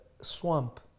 swamp